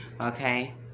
okay